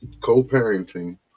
Co-parenting